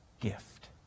gift